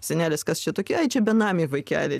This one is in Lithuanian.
senelės kas čia tokie benamiai vaikeliai